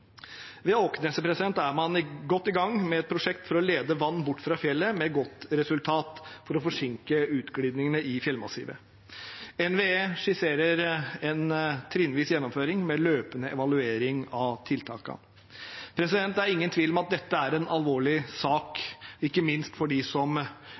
Ved Åkneset er man godt i gang med et prosjekt for å lede vann bort fra fjellet, med godt resultat, for å forsinke utglidningene i fjellmassivet. NVE skisserer en trinnvis gjennomføring med løpende evaluering av tiltakene. Det er ingen tvil om at dette er en alvorlig sak, ikke minst for dem som